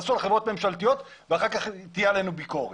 תעשו על חברות ממשלתיות ואחר כך תהיה עלינו ביקורת,